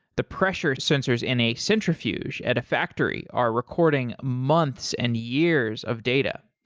the pressure sensors in a centrifuge at a factory are recording months and years of data.